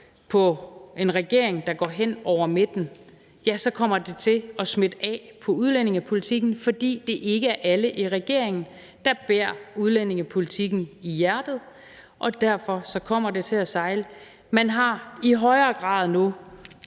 en regering, der går hen over midten, så kommer det til at smitte af på udlændingepolitikken, fordi det ikke er alle i regeringen, der bærer udlændingepolitikken i hjertet. Derfor kommer det til at sejle. Man fokuserer nu